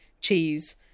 cheese